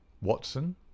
Watson